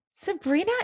Sabrina